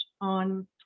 on